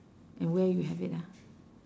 and where you have it lah